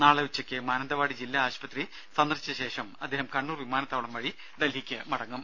നാളെ ഉച്ചയ്ക്ക് മാനന്തവാടി ജില്ലാ ആശുപത്രി സന്ദർശിച്ച ശേഷം അദ്ദേഹം കണ്ണൂർ വിമാനത്താവളം വഴി ഡൽഹിയ്ക്ക് മടങ്ങും